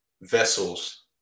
vessels